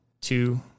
two